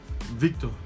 Victor